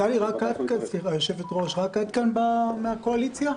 היושבת-ראש, רק את מהקואליציה?